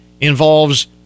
involves